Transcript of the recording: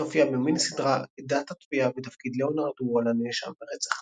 עוד הופיע במיני-סדרה "עדת התביעה" בתפקיד לאונרד וול הנאשם ברצח.